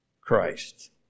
Christ